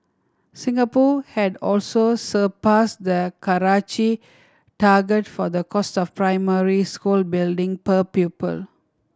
Singapore had also surpassed the Karachi target for the cost of primary school building per pupil